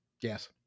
Yes